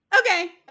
okay